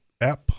app